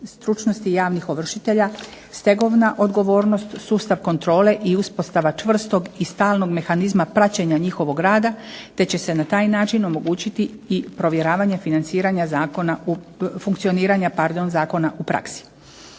stručnosti javnih ovršitelja, stegovna odgovornost, sustav kontrole i uspostava čvrstog i stalnog mehanizma praćenja njihovog rada, te će sa na taj način omogućiti i provjeravanje financiranja u,